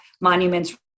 monuments